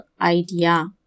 idea